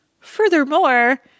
Furthermore